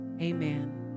amen